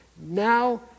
Now